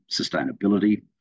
sustainability